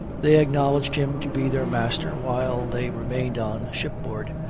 they acknowledged him to be their master while they remained on shipboard,